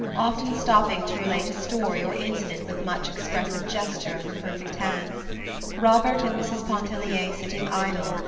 often stopping to relate a story or incident with much expressive gesture of her perfect hands robert and mrs. pontellier sitting idle,